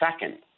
second